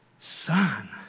son